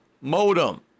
modem